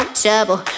trouble